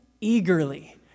eagerly